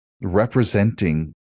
representing